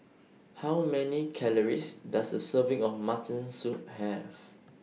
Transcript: How Many Calories Does A Serving of Mutton Soup Have